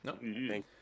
No